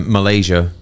Malaysia